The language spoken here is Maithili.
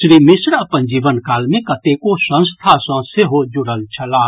श्री मिश्र अपन जीवन काल मे कतेको संस्था सँ सेहो जुड़ल छलाह